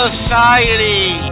Society